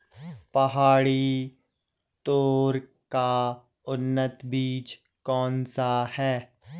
पहाड़ी तोर का उन्नत बीज कौन सा है?